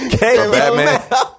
Batman